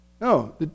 No